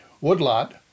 woodlot